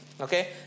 Okay